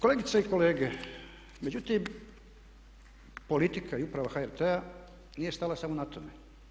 Kolegice i kolege međutim politika i uprava HRT-a nije stala samo na tome.